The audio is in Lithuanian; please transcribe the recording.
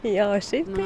jo šiaip tai